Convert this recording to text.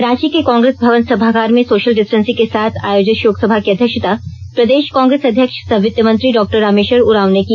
रांची के कांग्रेस भवन सभागार में सोशल डिस्टेसिंग के साथ आयोजित शोकसभा की अध्यक्षता प्रदेश कांग्रेस अध्यक्ष सह वित्तमंत्री डॉ रामेश्वर उरांव ने की